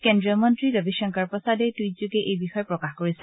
কেন্দ্ৰীয় মন্ত্ৰী ৰবিশংকৰ প্ৰসাদে টুইটযোগে এই বিষয়ে প্ৰকাশ কৰিছে